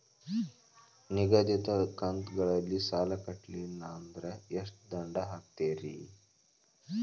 ನಿಗದಿತ ಕಂತ್ ಗಳಲ್ಲಿ ಸಾಲ ಕಟ್ಲಿಲ್ಲ ಅಂದ್ರ ಎಷ್ಟ ದಂಡ ಹಾಕ್ತೇರಿ?